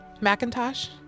Macintosh